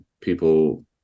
people